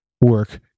work